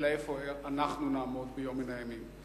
אלא איפה אנחנו נעמוד ביום מן הימים.